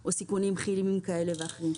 או סיכונים כימיים כאלה ואחרים,